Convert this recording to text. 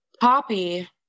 Poppy